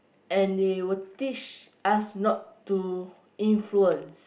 and they will teach us not to influence